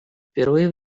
впервые